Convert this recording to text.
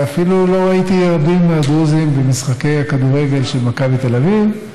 ואפילו לא ראיתי רבים מהדרוזים במשחקי הכדורגל של מכבי תל אביב,